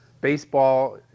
baseball